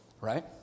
right